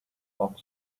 off